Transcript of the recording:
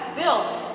built